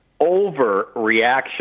overreaction